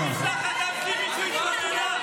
אתה אמיתי, מה שאתה אומר?